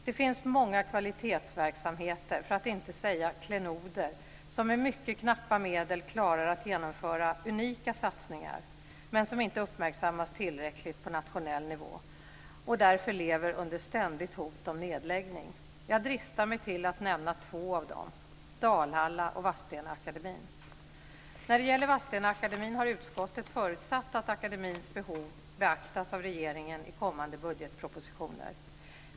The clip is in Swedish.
Det finns många kvalitetsverksamheter, för att inte säga klenoder, som med mycket knappa medel klarar att genomföra unika satsningar som dock inte uppmärksammas tillräckligt på nationell nivå och därför lever under ständigt hot om nedläggning. Jag dristar mig till att nämna två av dem: Dalhalla och Vadstena-Akademien. När det gäller Vadstena-Akademien har utskottet förutsatt att akademins behov beaktas av regeringen i kommande budgetpropositioner.